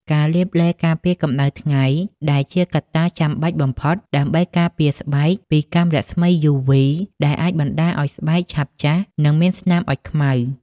ការលាបឡេការពារកម្ដៅថ្ងៃ ដែលជាកត្តាចាំបាច់បំផុតដើម្បីការពារស្បែកពីកាំរស្មីយូវី ដែលអាចបណ្តាលឱ្យស្បែកឆាប់ចាស់ និងមានស្នាមអុចខ្មៅ ។